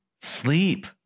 Sleep